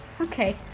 Okay